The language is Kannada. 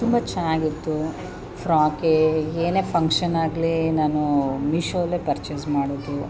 ತುಂಬ ಚೆನ್ನಾಗಿತ್ತು ಫ್ರಾಕೇ ಏನೇ ಫಂಕ್ಷನ್ ಆಗಲೀ ನಾನೂ ಮೀಶೋಲ್ಲೆ ಪರ್ಚೇಸ್ ಮಾಡೋದು